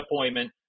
appointment